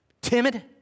Timid